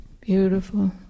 Beautiful